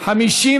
נתקבלו.